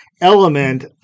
element